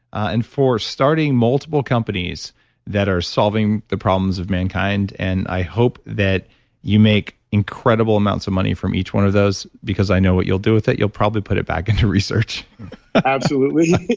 and for starting multiple companies that are solving the problems of mankind. and i hope that you make incredible amounts of money from each one of those because i know what you'll do with it, you'll probably put it back into research absolutely,